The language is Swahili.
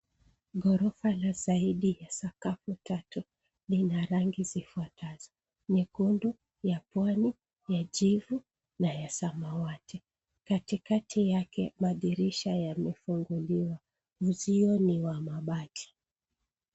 Ghorofa la zaidi ya sakafu tatu lina rangi zifuatazo; nyekundi ,ya pwani, ya jivu na ya samawati, katikati yake madirisha yamefunguliwa uzio ni wa mabati.